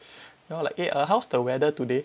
ya lor like eh err how's the weather today